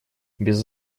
без